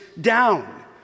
down